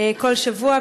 כל שבוע,